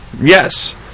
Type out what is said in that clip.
Yes